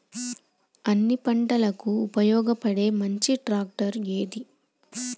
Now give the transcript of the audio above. అన్ని పంటలకు ఉపయోగపడే మంచి ట్రాక్టర్ ఏది?